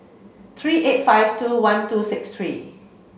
three eight five two one two six three